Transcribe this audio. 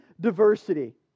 diversity